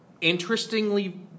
interestingly